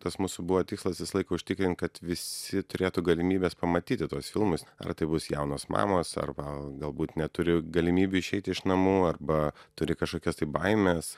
tas mūsų buvo tikslas visą laiką užtikrint kad visi turėtų galimybes pamatyti tuos filmus ar tai bus jaunos mamos arba galbūt neturi galimybių išeiti iš namų arba turi kažkokias tai baimes